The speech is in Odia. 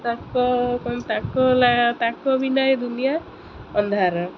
ତାଙ୍କ ତାଙ୍କ ତାଙ୍କ ବିନା ଏ ଦୁନିଆ ଅନ୍ଧାର